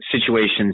situations